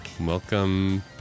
Welcome